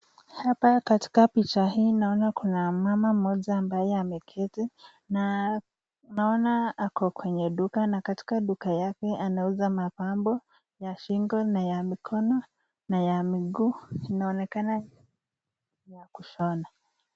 Hapa katika picha hii naona kuna mama mmoja ambaye ameketi na naona ako kwenye duka na katika duka yake anauza mapambo ya shingo na ya mikono na ya miguu inaonekana ni ya kushona.